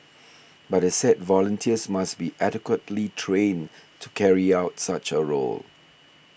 but they said volunteers must be adequately trained to carry out such a role